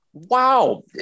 wow